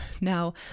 Now